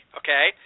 okay